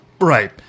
Right